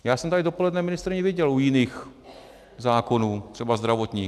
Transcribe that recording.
Já jsem tady dopoledne ministryni viděl u jiných zákonů, třeba zdravotních.